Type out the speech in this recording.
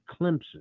clemson